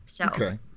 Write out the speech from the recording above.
okay